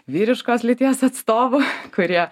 vyriškos lyties atstovų kurie